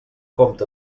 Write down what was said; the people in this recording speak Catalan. compte